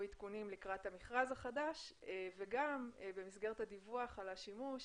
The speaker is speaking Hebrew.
עדכונים לקראת המכרז החדש וגם במסגרת הדיווח על השימוש,